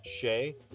Shay